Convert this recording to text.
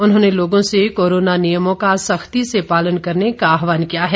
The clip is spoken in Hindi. उन्होंने लोगों से कोरोना नियमों को सख्ती से पालन करने का आहवान किया है